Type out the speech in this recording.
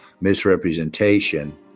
misrepresentation